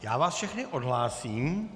Já vás všechny odhlásím.